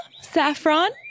Saffron